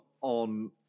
on